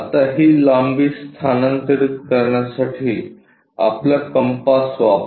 आता ही लांबी स्थानांतरित करण्यासाठी आपला कंपास वापरा